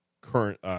current